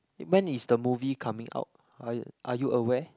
when is the movie coming out are you are you aware